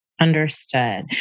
Understood